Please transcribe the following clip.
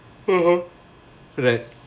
right